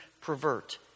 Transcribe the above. pervert